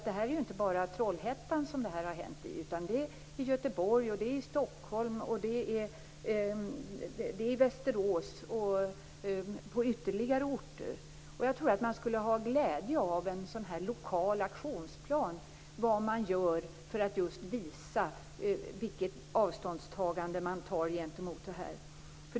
Det här har ju inte bara hänt i Trollhättan, utan i Göteborg, Stockholm, Västerås och på ytterligare orter. Jag tror att man skulle ha glädje av en sådan lokal aktionsplan för vad man gör för att visa vilket avståndstagande man gör gentemot detta.